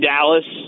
Dallas